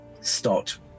start